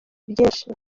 byinshi